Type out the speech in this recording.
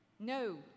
No